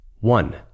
one